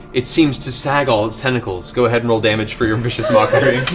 it seems to sag all its tentacles. go ahead and roll damage for your vicious mockery.